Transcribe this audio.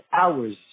hours